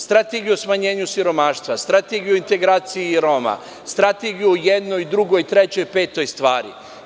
Strategiju smanjenja siromaštva, Strategiju integracije Roma, strategiju o jednoj, drugoj trećoj, petoj stvari.